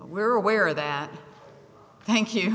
we're aware that thank you